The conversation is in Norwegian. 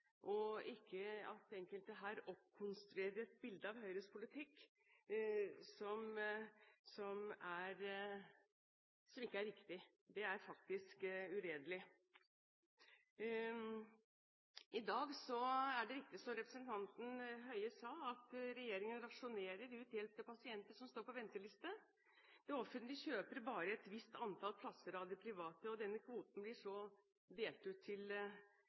og ikke at enkelte her oppkonstruerer et bilde av Høyres politikk som ikke er riktig. Det er faktisk uredelig. I dag er det riktig, som representanten Høie sa, at regjeringen rasjonerer ut hjelp til pasienter som står på venteliste. Det offentlige kjøper bare et visst antall plasser av det private, og denne kvoten blir så delt ut til